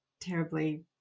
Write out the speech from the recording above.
terribly